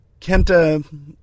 Kenta